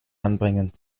anbringen